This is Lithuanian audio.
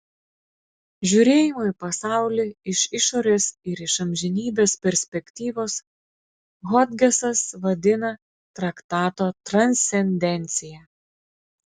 žiūrėjimą į pasaulį iš išorės ir iš amžinybės perspektyvos hodgesas vadina traktato transcendencija